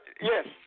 Yes